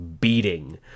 beating